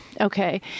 okay